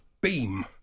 Beam